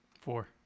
Four